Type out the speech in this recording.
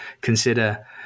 consider